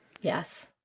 Yes